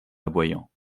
aboyant